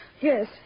yes